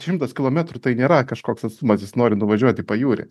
šimtas kilometrų tai nėra kažkoks atstumas jis nori nuvažiuot į pajūrį